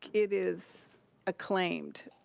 it is acclaimed.